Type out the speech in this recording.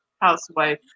housewife